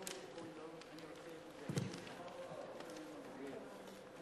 לוועדת החוץ והביטחון נתקבלה.